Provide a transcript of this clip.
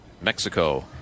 Mexico